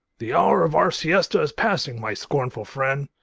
the hour of our siesta is passing, my scornful friend.